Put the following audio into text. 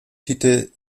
titel